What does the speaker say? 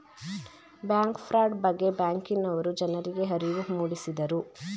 bank fraud ಬಗ್ಗೆ ಬ್ಯಾಂಕಿನವರು ಜನರಿಗೆ ಅರಿವು ಮೂಡಿಸಿದರು